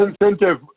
incentive